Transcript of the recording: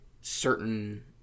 certain